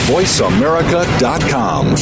VoiceAmerica.com